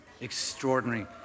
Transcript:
Extraordinary